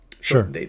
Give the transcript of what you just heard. Sure